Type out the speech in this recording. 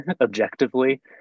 objectively